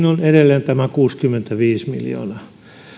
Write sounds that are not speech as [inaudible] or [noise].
[unintelligible] on ollut edelleen tämä kuusikymmentäviisi miljoonaa